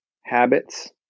habits